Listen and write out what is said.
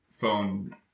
phone